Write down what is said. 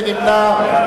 מי נמנע?